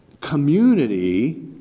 community